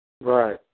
Right